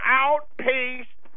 outpaced